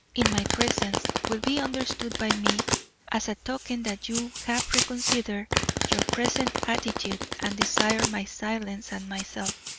in my presence, will be understood by me as a token that you have reconsidered your present attitude and desire my silence and myself.